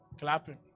clapping